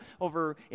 over